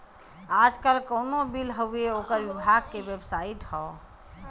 आजकल कउनो बिल हउवे ओकर विभाग के बेबसाइट हौ